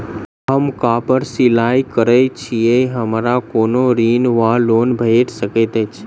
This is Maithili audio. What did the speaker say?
हम कापड़ सिलाई करै छीयै हमरा कोनो ऋण वा लोन भेट सकैत अछि?